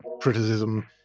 criticism